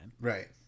Right